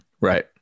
Right